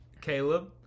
Caleb